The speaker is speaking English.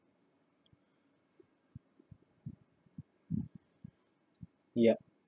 yup